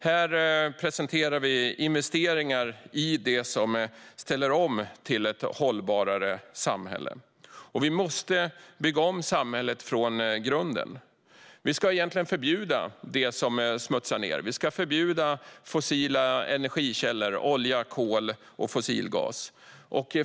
Här presenterar vi investeringar i det som ställer om till ett hållbarare samhälle. Vi måste bygga om samhället från grunden. Vi borde egentligen förbjuda det som smutsar ned. Vi borde förbjuda fossila energikällor såsom olja, kol och fossilgas.